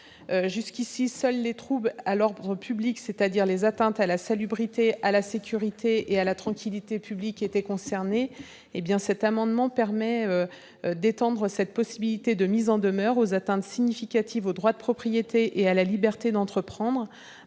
Jusqu'ici, seuls les troubles à l'ordre public, c'est-à-dire les atteintes à la salubrité, la sécurité ou la tranquillité publiques, étaient concernés. Le vote de cet amendement permettrait d'étendre cette possibilité de mise en demeure aux atteintes significatives au droit de propriété et à la liberté d'entreprendre,